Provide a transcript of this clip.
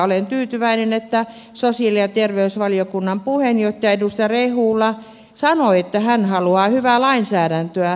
olen tyytyväinen että sosiaali ja terveysvaliokunnan puheenjohtaja edustaja rehula sanoi että hän haluaa hyvää lainsäädäntöä